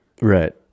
right